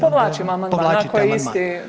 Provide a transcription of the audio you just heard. Povlačimo amandman koji je isti.